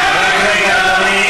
חברי הכנסת.